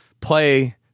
play